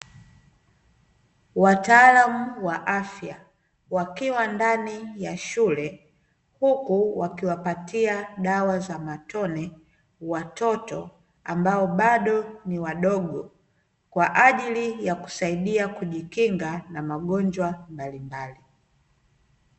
Wataalamu wa afya wakiwa ndani ya shule, huku wakiwapatia dawa za matone watoto ambao bado ni wadogo, kwa ajili ya kusaidia kujikinga na magonjwa mbalimbali.